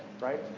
right